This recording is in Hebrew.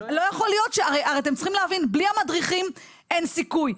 הרי אתם צריכים להבין, בלי המדריכים אין סיכוי.